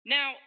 Now